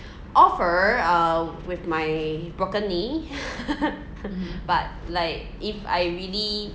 offer uh with my broken knee but like if I really